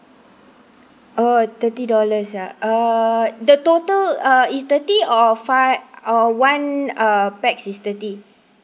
oh thirty dollars ah uh the total uh is thirty or five or one err pax is thirty